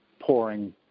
pouring